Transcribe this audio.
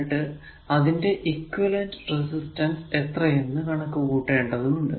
എന്നിട്ടു അതിന്റെ equivalent resistance എത്രയെന്നും കണക്കു കൂട്ടേണ്ടതുണ്ട്